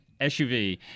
SUV